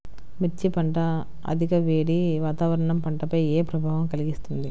మిర్చి పంట అధిక వేడి వాతావరణం పంటపై ఏ ప్రభావం కలిగిస్తుంది?